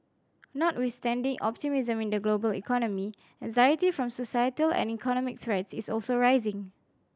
notwithstanding optimism in the global economy anxiety from societal and economic threats is also rising